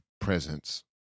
presence